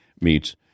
meets